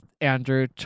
Andrew